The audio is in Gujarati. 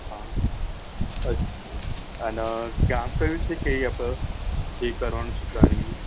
હા અચ્છા અને ગામ કયું છે કે એ આપણે જે કરવાનું છે પ્લાનિંગનું